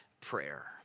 prayer